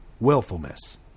Willfulness